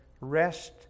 rest